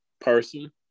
person